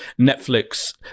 Netflix